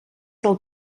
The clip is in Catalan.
del